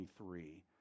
23